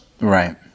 Right